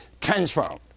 transformed